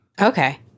Okay